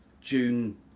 June